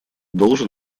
должен